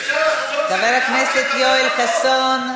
אפשר לחזות מדינה ולדבר פחות.